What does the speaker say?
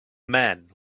man